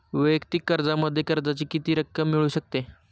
वैयक्तिक कर्जामध्ये कर्जाची किती रक्कम मिळू शकते?